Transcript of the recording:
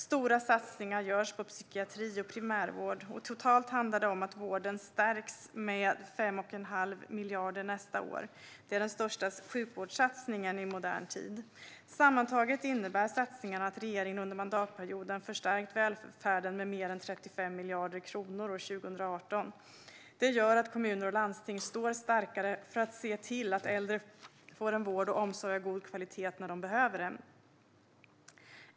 Stora satsningar görs på psykiatri och primärvård. Totalt handlar det om att vården stärks med 5 1⁄2 miljard nästa år. Det är den största sjukvårdssatsningen i modern tid. Sammantaget innebär satsningarna att regeringen under mandatperioden har förstärkt välfärden med mer än 35 miljarder kronor år 2018. Det gör att kommuner och landsting står starkare för att se till att äldre får en vård och omsorg av god kvalitet när de behöver det.